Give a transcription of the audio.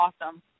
Awesome